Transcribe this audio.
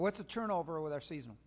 what's a turnover with our season